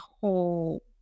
whole